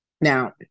Now